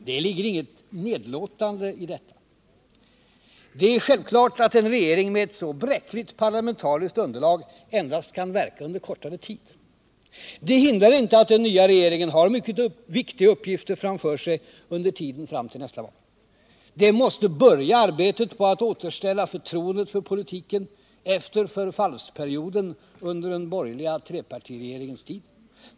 Det ligger inget nedlåtande i detta. Det är självklart att en regering med ett så bräckligt parlamentariskt underlag endast kan verka under kortare tid. Det hindrar inte att den nya regeringen har mycket viktiga uppgifter framför sig under tiden fram till nästa val. Den måste börja arbetet på att återställa förtroendet för politiken efter förfallsperioden under den borgerliga trepartiregeringens tid.